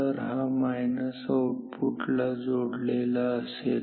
तऱ हा मायनस आउटपुटला जोडलेला असेल